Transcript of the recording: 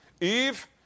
Eve